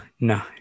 no